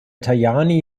tajani